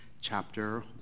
chapter